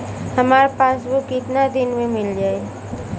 हमार पासबुक कितना दिन में मील जाई?